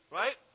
right